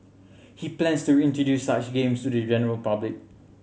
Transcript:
he plans to introduce such games to the general public